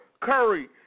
Curry